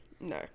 No